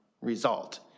result